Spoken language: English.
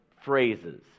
phrases